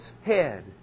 head